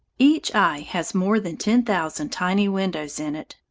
each eye has more than ten thousand tiny windows in it,